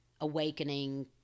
awakening